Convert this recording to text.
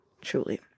Truly